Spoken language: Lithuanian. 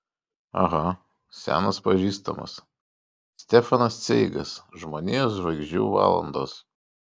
aha senas pažįstamas stefanas cveigas žmonijos žvaigždžių valandos